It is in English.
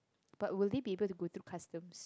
but will they be able to go through customs